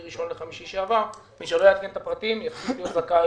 לא יהיה זכאי